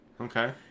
Okay